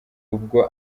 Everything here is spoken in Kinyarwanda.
ubwo